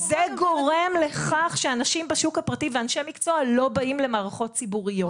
וזה גורם לכך שאנשים בשוק הפרטי ואנשי מקצוע לא באים למערכות ציבוריות.